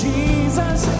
Jesus